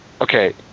okay